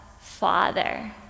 Father